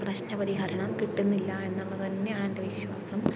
പ്രശ്നപരിഹരണം കിട്ടുന്നില്ല എന്നുള്ളത് തന്നെയാണ് എൻ്റെ വിശ്വാസം